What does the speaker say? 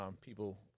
people